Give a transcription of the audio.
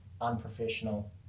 unprofessional